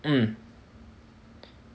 mm